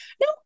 no